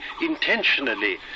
intentionally